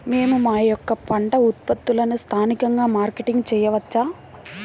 మేము మా యొక్క పంట ఉత్పత్తులని స్థానికంగా మార్కెటింగ్ చేయవచ్చా?